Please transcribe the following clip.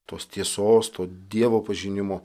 tos tiesos dievo pažinimo